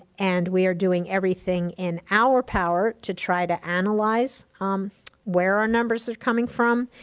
and we are doing everything in our power to try to analyze um where our numbers are coming from,